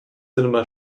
cinema